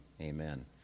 amen